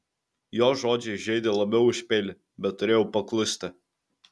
jo žodžiai žeidė labiau už peilį bet turėjau paklusti